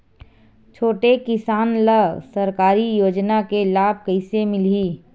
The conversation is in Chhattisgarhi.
छोटे किसान ला सरकारी योजना के लाभ कइसे मिलही?